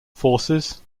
forces